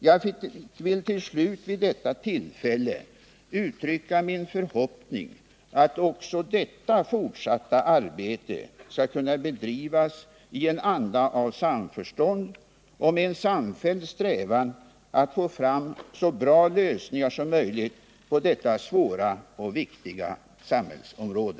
Jag vill till sist vid detta tillfälle uttrycka min förhoppning att också detta fortsatta arbete skall kunna bedrivas i en anda av samförstånd och med en samfälld strävan att få fram så bra lösningar som möjligt på detta svåra och viktiga samhällsområde.